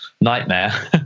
nightmare